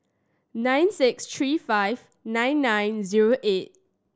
nine six three five nine nine zero eight